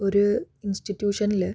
ഒരു ഇൻസ്റ്റിട്യൂഷനിൽ